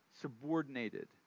subordinated